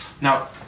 Now